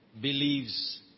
believes